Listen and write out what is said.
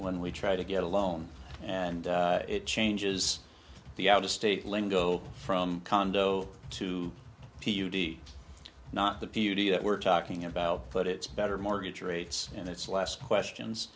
when we try to get a loan and it changes the out of state lingo from condo to p u d not the puti that we're talking about put it's better mortgage rates and it's less questions